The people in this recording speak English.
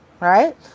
Right